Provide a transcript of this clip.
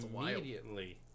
immediately